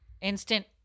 instant